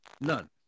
None